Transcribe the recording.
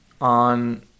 on